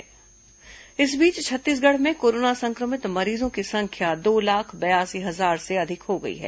corona समाचार इस बीच छत्तीसगढ़ में कोरोना संक्रमित मरीजों की संख्या दो लाख बयासी हजार से अधिक हो गई है